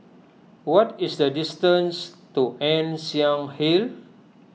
what is the distance to Ann Siang Hill